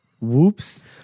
whoops